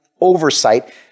oversight